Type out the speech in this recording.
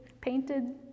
painted